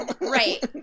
Right